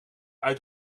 uit